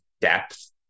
depth